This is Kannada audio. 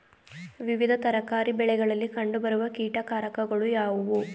ವಿವಿಧ ತರಕಾರಿ ಬೆಳೆಗಳಲ್ಲಿ ಕಂಡು ಬರುವ ಕೀಟಕಾರಕಗಳು ಯಾವುವು?